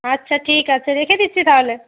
আচ্ছা ঠিক আছে রেখে দিচ্ছি তাহলে